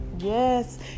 Yes